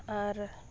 ᱟᱨ